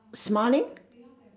smiling